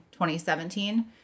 2017